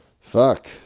fuck